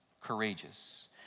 Courageous